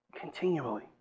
Continually